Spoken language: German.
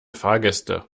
fahrgäste